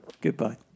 goodbye